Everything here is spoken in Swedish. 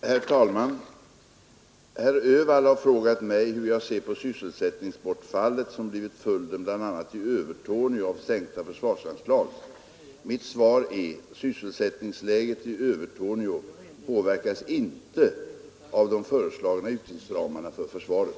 Herr talman! Herr Öhvall har frågat mig hur jag ser på sysselsättningsbortfallet som blivit följden, bl.a. i Övertorneå, av sänkta försvarsanslag. Sysselsättningsläget i Övertorneå påverkas inte av de föreslagna utgiftsramarna för försvaret.